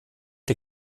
der